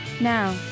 Now